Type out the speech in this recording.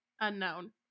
unknown